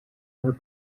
her